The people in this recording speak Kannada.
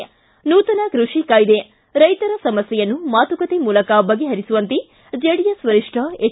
ಿ ನೂತನ ಕೃಷಿ ಕಾಯ್ದೆ ರೈತರ ಸಮಸ್ಥೆಯನ್ನು ಮಾತುಕತೆ ಮೂಲಕ ಬಗೆಹರಿಸುವಂತೆ ಚೆಡಿಎಸ್ ವರಿಷ್ಠ ಎಚ್